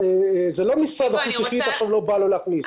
זה לא משרד החוץ שהחליט שעכשיו לא בא לו להכניס.